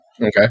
Okay